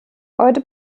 heute